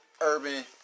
urban